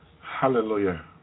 Hallelujah